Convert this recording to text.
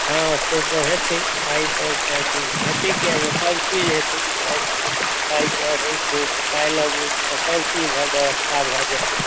हँ से तऽ हेतै पाइ तऽ चाहतै हेतै किए ने सब चीज हेतै पाइ पाइ पर होइ छै तऽ पाइ लऽके तऽ सब चीजके व्यवस्था भऽ जायत